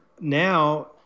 now